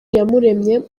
iyamuremye